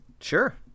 Sure